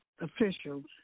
officials